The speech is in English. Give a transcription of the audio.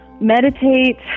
meditate